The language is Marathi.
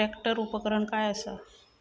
ट्रॅक्टर उपकरण काय असा?